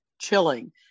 chilling